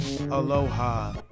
Aloha